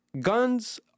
guns